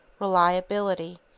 reliability